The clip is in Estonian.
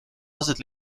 aset